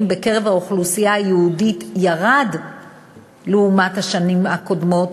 בקרב האוכלוסייה היהודית ירד לעומת השנים הקודמות,